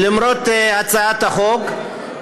למרות הצעת החוק,